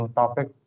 topic